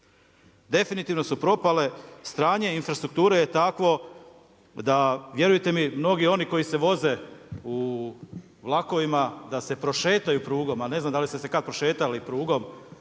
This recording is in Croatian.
Definitivno su propale, stanje infrastrukture je takvo, da vjerujte mi mnogi oni koji se voze, da se prošetaju prugom, a ne znam da li ste se kad prošetali prugom,